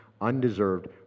undeserved